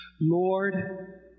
Lord